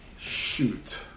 Shoot